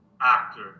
actor